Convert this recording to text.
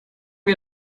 wir